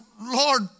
Lord